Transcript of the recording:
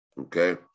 okay